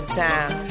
time